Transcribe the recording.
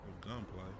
gunplay